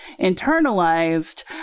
internalized